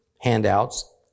handouts